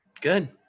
Good